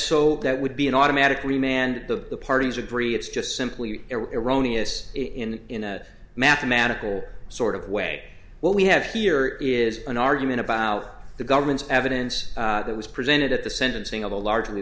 so that would be an automatic we manned the parties agree it's just simply eroni as in in a mathematical sort of way what we have here is an argument about the government's evidence that was presented at the sentencing of a large